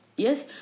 Yes